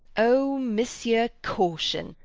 o monsieur caution,